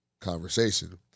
conversation